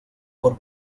por